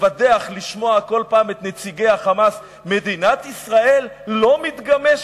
מבדח לשמוע כל פעם את נציגי ה"חמאס": מדינת ישראל לא מתגמשת.